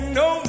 no